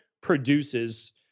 produces